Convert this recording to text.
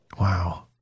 Wow